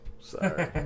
Sorry